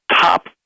top